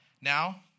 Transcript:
Now